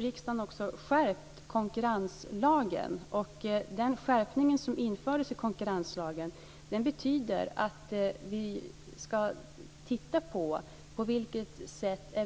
Riksdagen har nyligen skärpt konkurrenslagen på ett sätt som gör att vi ska bevaka på vilket sätt